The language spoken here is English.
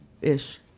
ish